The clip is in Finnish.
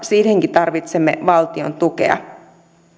siihenkin tarvitsemme valtion tukea